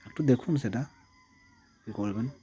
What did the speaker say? একটু দেখুন সেটা কী করবেন